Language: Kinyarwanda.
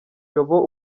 yobo